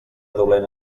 dolent